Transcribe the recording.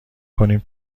کنیم